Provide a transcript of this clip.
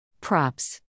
Props